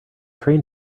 train